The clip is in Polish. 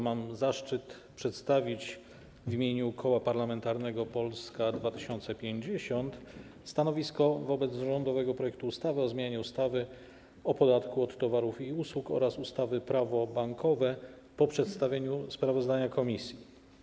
Mam zaszczyt przedstawić w imieniu Koła Parlamentarnego Polska 2050 stanowisko wobec rządowego projektu ustawy o zmianie ustawy o podatku od towarów i usług oraz ustawy - Prawo bankowe po przedstawieniu sprawozdania komisji.